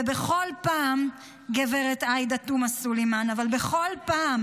ובכל פעם, גב' עאידה תומא סלימאן, אבל בכל פעם